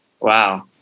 Wow